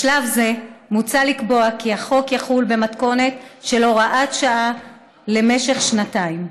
בשלב זה מוצע לקבוע כי החוק יחול במתכונת של הוראת שעה למשך שנתיים.